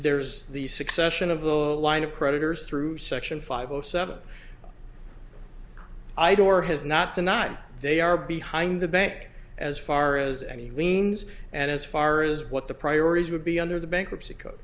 there's the succession of the line of creditors through section five zero seven i don't know has not tonight they are behind the bank as far as any liens and as far as what the priorities would be under the bankruptcy co